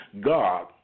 God